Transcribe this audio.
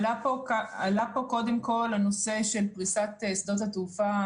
עלה פה קודם כל הנושא של פריסת שדות התעופה